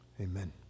Amen